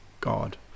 god